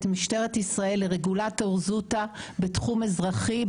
משטרת ישראל לרגולטור זוטא בתחום אזרחי,